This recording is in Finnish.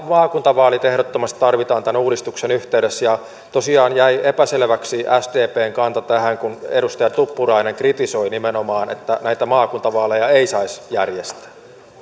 maakuntavaalit ehdottomasti tarvitaan tämän uudistuksen yhteydessä tosiaan jäi epäselväksi sdpn kanta tähän kun edustaja tuppurainen nimenomaan kritisoi että näitä maakuntavaaleja ei saisi järjestää